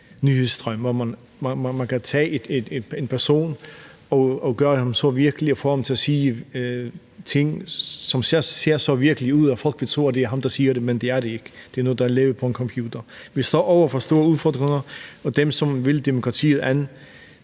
nyhedsstrømme – hvor man kan tage en person og gøre ham så virkelig og få ham til at sige ting, som ser så virkeligt ud, at folk vil tro, at det er ham, der siger det. Men det er det ikke. Det er noget, der er lavet på en computer. Vi står over for store udfordringer, og dem, som vil angribe demokratiet,